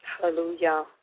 Hallelujah